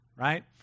Right